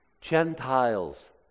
Gentiles